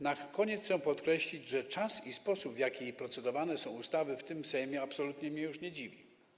Na koniec chcę podkreślić, że czas i sposób, w jaki procedowane są ustawy w tej kadencji Sejmu, absolutnie mnie już nie dziwią.